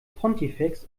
pontifex